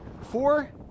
Four